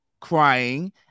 crying